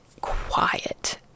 quiet